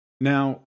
Now